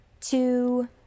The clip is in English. two